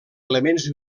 elements